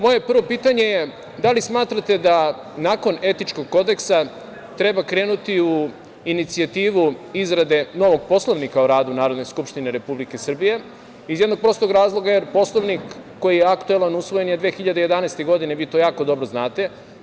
Moje prvi pitanje – da li smatrate da nakon Etičkog kodeksa treba krenuti u inicijativu izrade novog Poslovnika o radu Narodne skupštine Republike Srbije, jer Poslovnik koji je aktuelan je usvojen 2011. godine i vi to jako dobro znate?